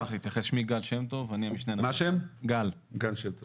אני המשנה למנכ"ל, המשרד לשירותי דת.